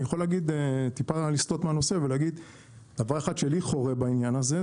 אני יכול טיפה לסטות מהנושא ולהגיד דבר אחד שלי חורה בעניין הזה,